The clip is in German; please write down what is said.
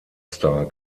star